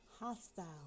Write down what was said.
Hostile